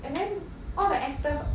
and then all the actors